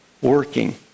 working